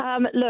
Look